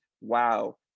wow